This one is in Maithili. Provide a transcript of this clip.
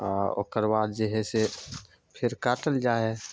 आओर ओकर बाद जे हइ से फेर काटल जाइ हइ